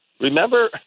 Remember